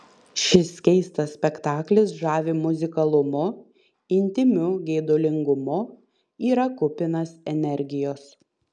šis keistas spektaklis žavi muzikalumu intymiu geidulingumu yra kupinas energijos